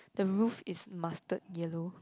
the roof is mustard yellow